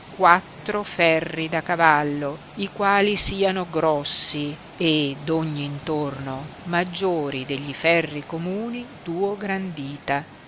quattro ferri da cavallo i quali siano grossi e d ogni intorno maggiori de gli ferri communi duo gran dita